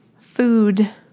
food